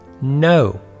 no